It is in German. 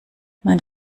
man